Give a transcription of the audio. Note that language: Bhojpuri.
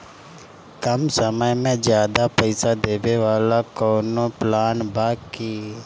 कम समय में ज्यादा पइसा देवे वाला कवनो प्लान बा की?